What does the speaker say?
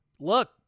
Look